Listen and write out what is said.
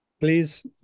please